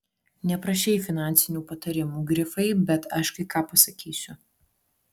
neprašei finansinių patarimų grifai bet aš kai ką pasakysiu